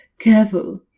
careful,